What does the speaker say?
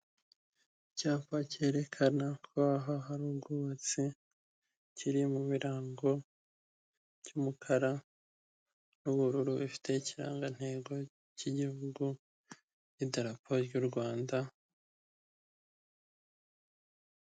Icyapa cyerekana ko aha hari ubwubatsi, kiri mu birango by'umukara n'ubururu bifite ikirangatego cy'igihugu n'idarapo ry'u Rwanda.